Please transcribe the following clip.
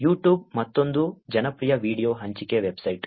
YouTube ಮತ್ತೊಂದು ಜನಪ್ರಿಯ video ಹಂಚಿಕೆ ವೆಬ್ಸೈಟ್